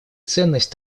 ценность